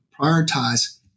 prioritize